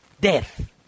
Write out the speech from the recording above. death